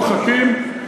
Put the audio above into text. הבדואים בכלל לא,